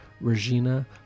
Regina